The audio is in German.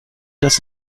dass